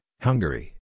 Hungary